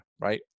right